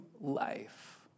life